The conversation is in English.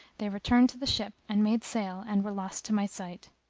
they returned to the ship and made sail and were lost to my sight.